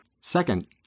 Second